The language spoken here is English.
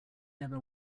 never